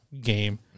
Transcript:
game